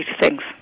Thanks